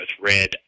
red